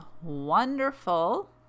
wonderful